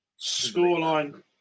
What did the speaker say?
Scoreline